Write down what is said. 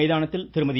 மைதானத்தில் திருமதி